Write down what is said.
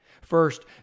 First